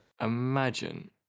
imagine